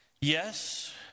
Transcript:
Yes